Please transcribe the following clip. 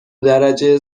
درجه